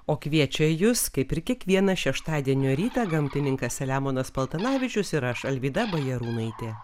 o kviečia jus kaip ir kiekvieną šeštadienio rytą gamtininkas selemonas paltanavičius ir aš alvyda bajarūnaitė